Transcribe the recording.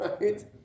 right